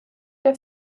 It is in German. der